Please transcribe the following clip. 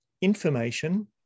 information